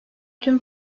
tüm